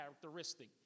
characteristic